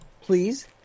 Please